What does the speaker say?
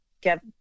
get